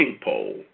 pole